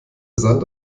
sand